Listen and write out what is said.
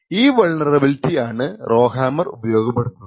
ഈ വാൾനറബിലിറ്റി ആണ് റൊഹാമ്മർ ഉപയോഗപ്പെടുത്തുന്നത്